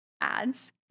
ads